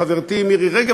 חברתי מירי רגב,